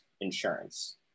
insurance